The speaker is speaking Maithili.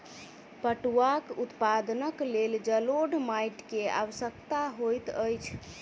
पटुआक उत्पादनक लेल जलोढ़ माइट के आवश्यकता होइत अछि